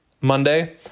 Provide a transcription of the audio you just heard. Monday